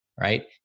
right